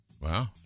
Wow